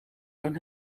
kan